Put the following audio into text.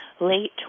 late